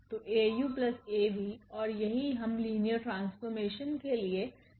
तो𝐴𝑢𝐴𝑣और यही हम linear transformation के लिए देख रहे थे